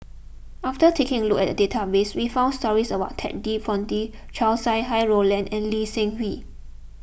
after taking a look at the database we found stories about Ted De Ponti Chow Sau Hai Roland and Lee Seng Wee